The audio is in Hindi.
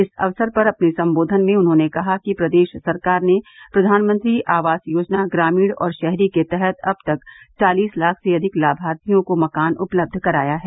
इस अवसर पर अपने संबोधन में उन्होंने कहा कि प्रदेश सरकार ने प्रधानमंत्री आवास योजना ग्रामीण और शहरी के तहत अब तक चालीस लाख से अधिक लाभार्थियों को मकान उपलब्ध कराया है